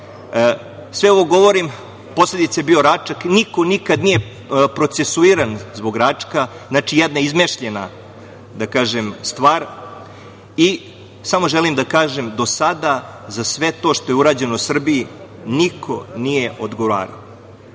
Sve ovo govorim, posledica je bio Račak, niko nikad nije procesuiran zbog Račka. Znači, jedna izmišljena, da kažem, stvar i samo želim da kažem da do sada za sve to što je urađeno Srbiji niko nije